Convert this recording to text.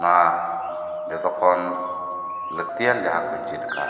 ᱚᱱᱟ ᱡᱚᱛᱚ ᱠᱷᱚᱱ ᱞᱟᱹᱠᱛᱤᱭᱟᱱ ᱡᱟᱦᱟ ᱠᱩᱧ ᱪᱮᱫ ᱟᱠᱟᱫ